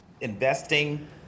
investing